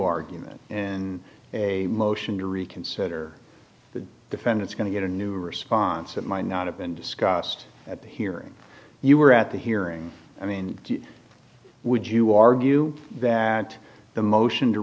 argument in a motion to reconsider the defendant's going to get a new response it might not have been discussed at the hearing you were at the hearing i mean would you argue that the motion to